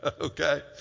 Okay